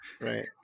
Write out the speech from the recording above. right